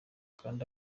kanda